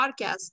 podcast